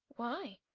why,